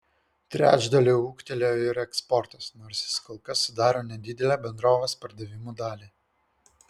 trečdaliu ūgtelėjo ir eksportas nors jis kol kas sudaro nedidelę bendrovės pardavimų dalį